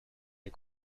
des